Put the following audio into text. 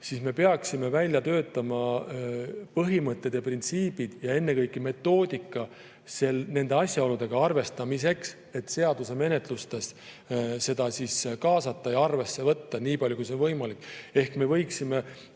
Me peaksime välja töötama põhimõtted, printsiibid ja ennekõike metoodika nende asjaoludega arvestamiseks, et seadusi menetledes seda kaasata ja arvesse võtta nii palju, kui see on võimalik. Ehk me võiksime